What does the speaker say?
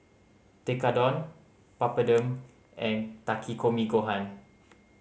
Tekkadon Papadum and Takikomi Gohan